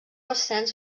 ascens